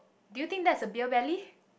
do you think that's a beer belly